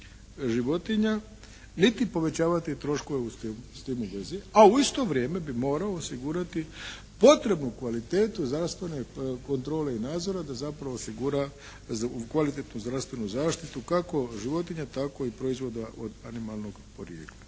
životinja niti povećavati troškove s tim u vezi, a u isto vrijeme bi morao osigurati potrebnu kvalitetu … /Govornik se ne razumije./ … i kontrole i nadzora da zapravo osigura kvalitetnu zdravstvenu zaštitu kako životinja tako i proizvoda od animalnog porijekla.